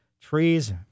Trees